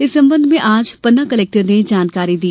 इस संबंध में आज पन्ना कलेक्टर ने जानकारी दी